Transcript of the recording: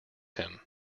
him